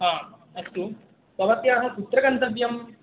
ह अस्तु भवत्याः कुत्र गन्तव्यं